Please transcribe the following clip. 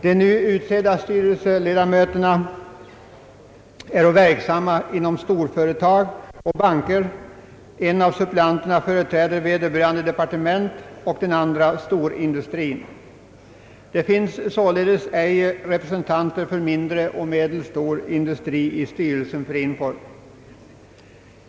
De nu utsedda styrelseledamöterna är verksamma inom storföretag och banker, en av suppleanterna företräder vederbörande departement och den andre storindustrin. Det finns således ej representanter för mindre och medelstor industri i styrelsen för INFOR.